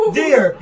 dear